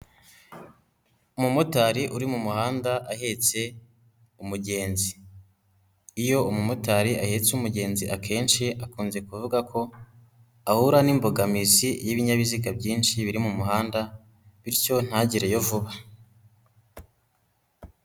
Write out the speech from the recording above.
Umumotari uri mu muhanda ahetse umugenzi iyo umumotari ahetse umugenzi, akenshi akunze kuvuga ko ahura n'imbogamizi y'ibinyabiziga byinshi biri mu muhanda bityo ntagereyo vuba.